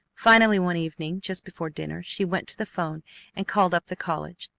finally, one evening just before dinner, she went to the phone and called up the college.